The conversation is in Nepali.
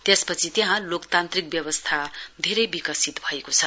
त्यसपछि त्यहाँ वोकतान्त्रिक व्यवस्था धेरै विकसित भएको छ